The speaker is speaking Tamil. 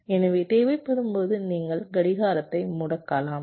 எனவே தேவைப்படும்போது நீங்கள் கடிகாரத்தை முடக்கலாம்